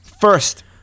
First